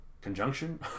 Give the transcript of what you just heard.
Conjunction